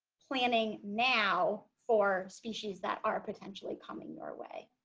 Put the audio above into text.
planning now for species that are potentially coming your way